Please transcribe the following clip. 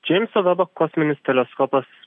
džeimso vebo kosminis teleskopas